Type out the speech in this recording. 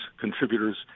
contributors